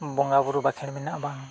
ᱵᱚᱸᱜᱟᱼᱵᱩᱨᱩ ᱵᱟᱠᱷᱮᱲ ᱢᱮᱱᱟᱜᱼᱟ ᱵᱟᱝ